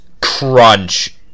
crunch